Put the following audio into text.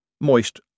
Moist